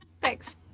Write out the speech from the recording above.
thanks